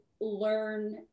learn